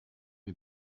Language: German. mir